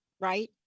right